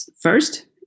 first